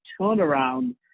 turnaround